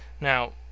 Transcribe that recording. Now